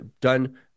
done